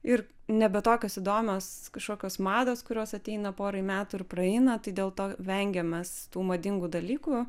ir nebe tokios įdomios kažkokios mados kurios ateina porai metų ir praeina tai dėl to vengiam mes tų madingų dalykų